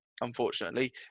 unfortunately